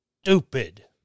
stupid